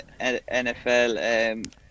NFL